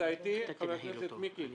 אנחנו